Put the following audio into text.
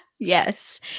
Yes